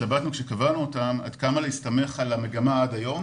כשקבענו אותם התלבטנו עד כמה להסתמך על המגמה עד היום